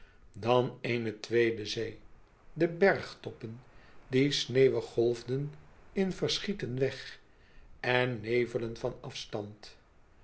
dan eene tweede zee de bergtoppen die sneeuwig golfden in verschieten weg en nevelen van afstand